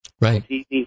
right